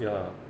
ya lah